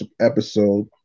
episode